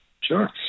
Sure